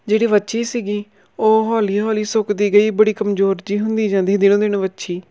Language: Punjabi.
ਜਿਹੜੀ ਵੱਛੀ ਸੀਗੀ ਉਹ ਹੌਲੀ ਹੌਲੀ ਸੁੱਕਦੀ ਗਈ ਬੜੀ ਕਮਜ਼ੋਰ ਜਿਹੀ ਹੁੰਦੀ ਜਾਂਦੀ ਦਿਨੋ ਦਿਨ ਵੱਛੀ